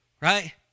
right